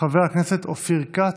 חבר הכנסת אופיר כץ,